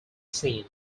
scene